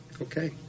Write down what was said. okay